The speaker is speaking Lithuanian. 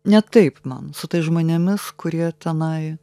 ne taip man su tais žmonėmis kurie tenai